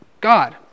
God